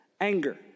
anger